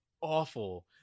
awful